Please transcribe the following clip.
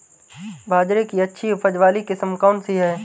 बाजरे की अच्छी उपज वाली किस्म कौनसी है?